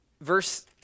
Verse